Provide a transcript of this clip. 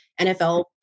NFL